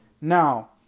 Now